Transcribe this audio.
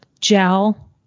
gel